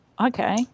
okay